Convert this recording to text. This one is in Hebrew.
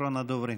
אחרון הדוברים.